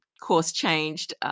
course-changed